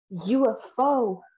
UFO